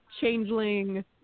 changeling